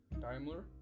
Daimler